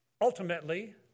ultimately